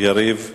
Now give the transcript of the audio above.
יריב לוין.